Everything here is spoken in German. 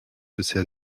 bisher